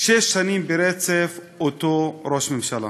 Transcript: שש שנים ברצף אותו ראש ממשלה,